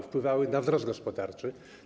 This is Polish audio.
Wpływały na wzrost gospodarczy.